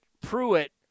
Pruitt